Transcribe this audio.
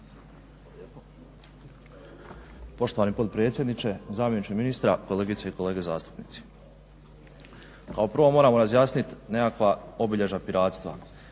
Poštovani potpredsjedniče, zamjeniče ministra, kolegice i kolege zastupnici. Kao prvo, moramo razjasniti nekakva obilježja piratstva,